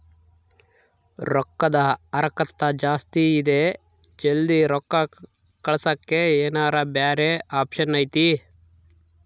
ರೊಕ್ಕದ ಹರಕತ್ತ ಜಾಸ್ತಿ ಇದೆ ಜಲ್ದಿ ರೊಕ್ಕ ಕಳಸಕ್ಕೆ ಏನಾರ ಬ್ಯಾರೆ ಆಪ್ಷನ್ ಐತಿ?